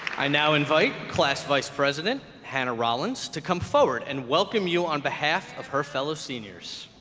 i now invite class vice president hannah rollins to come forward and welcome you on behalf of her fellow seniors.